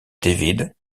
david